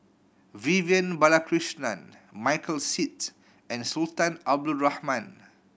Vivian Balakrishnan Michael Seet and Sultan Abdul Rahman